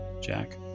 Jack